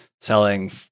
selling